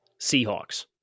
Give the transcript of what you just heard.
Seahawks